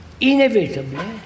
inevitably